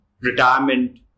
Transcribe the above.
retirement